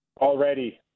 already